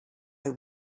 just